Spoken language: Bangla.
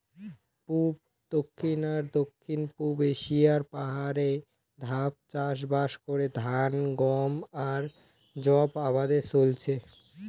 পুব, দক্ষিণ আর দক্ষিণ পুব এশিয়ার পাহাড়ে ধাপ চাষবাস করে ধান, গম আর যব আবাদে চইলচে